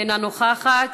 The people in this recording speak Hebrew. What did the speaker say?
אינה נוכחת.